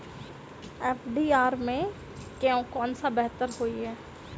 FD आ RD मे केँ सा बेहतर होइ है?